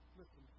listen